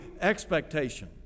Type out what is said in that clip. expectation